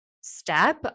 step